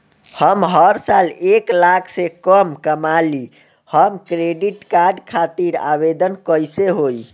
हम हर साल एक लाख से कम कमाली हम क्रेडिट कार्ड खातिर आवेदन कैसे होइ?